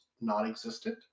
non-existent